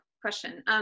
question